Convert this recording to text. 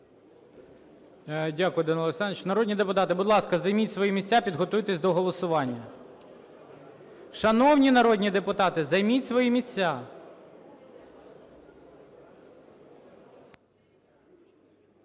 Дякую, Данило Олександровичу. Народні депутати, будь ласка, займіть свої місця, підготуйтесь до голосування. Шановні народні депутати, займіть свої місця!